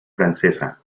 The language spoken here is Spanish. francesa